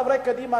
חברי קדימה,